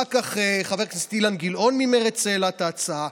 אחר כך חבר הכנסת אילן גילאון ממרצ העלה את ההצעה.